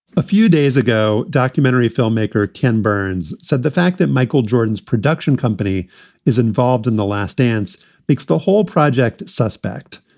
a few days ago, documentary filmmaker ken burns said the fact that michael jordan's production company is involved in the last dance makes the whole project suspect.